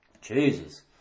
Jesus